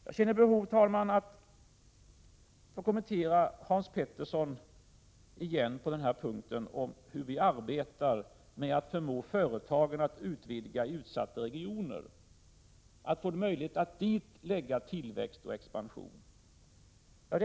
Jag känner behov av att åter få kommentera Hans Petersson i Hallstahammar när det gäller hur vi arbetar för att förmå företagen att utvidga i utsatta regioner, att få en möjlighet att förlägga tillväxt och expansion till dessa områden.